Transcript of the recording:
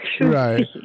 Right